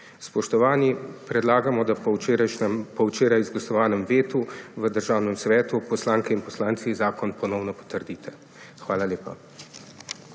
Spoštovani, predlagamo, da po včeraj izglasovanem vetu v Državnem svetu, poslanke in poslanci zakon ponovno potrdite. Hvala lepa.